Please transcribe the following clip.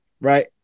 right